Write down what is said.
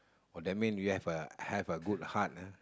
oh that means you have a have a good heart ah